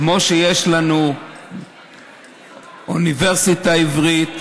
כמו שיש לנו אוניברסיטה עברית,